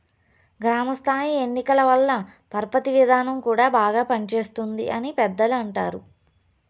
గ్రామ స్థాయి ఎన్నికల వల్ల పరపతి విధానం కూడా బాగా పనిచేస్తుంది అని పెద్దలు అంటారు